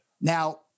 Now